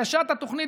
הגשת התוכנית,